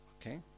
Okay